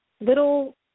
little